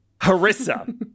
Harissa